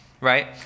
right